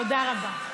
תודה רבה.